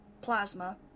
plasma